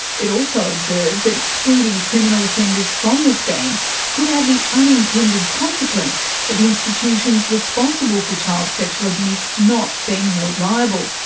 it also observed that excluding criminal offenders from the scheme could have the unintended consequence of institutions responsible for child sexual abuse not being held liable.